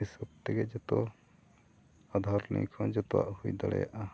ᱦᱤᱥᱟᱹᱵ ᱛᱮᱜᱮ ᱡᱚᱛᱚ ᱟᱫᱷᱟᱨ ᱠᱷᱚᱱ ᱡᱚᱛᱚᱣᱟᱜ ᱦᱩᱭ ᱫᱟᱲᱮᱭᱟᱜᱼᱟ